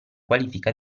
qualifica